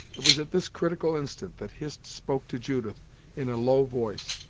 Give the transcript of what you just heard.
it was at this critical instant that hist spoke to judith in a low voice,